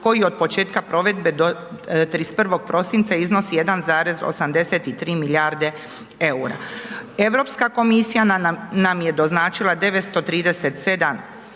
koji od početka provedbe do 31. prosinca iznosi 1,83 milijarde EUR-a. Europska komisija nam je doznačila 937,47 milijuna